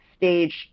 stage